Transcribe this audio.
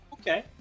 okay